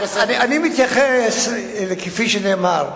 אני מתייחס כפי שנאמר.